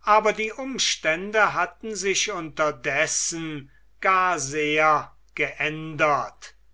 aber die umstände hatten sich unterdessen gar sehr geändert